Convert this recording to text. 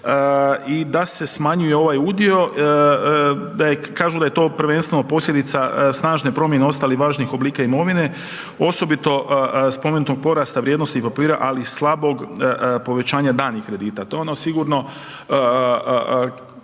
i da se smanjuje ovaj udio, da je, kažu da je to prvenstveno posljedica snažne promjene ostalih važnih oblika imovine osobito spomenutog porasta vrijednosnih papira, ali i slabog povećanja danih kredita, to je ono sigurno